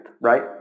right